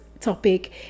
topic